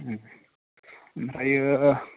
ओमफ्रायो